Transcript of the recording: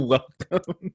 Welcome